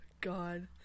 God